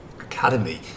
academy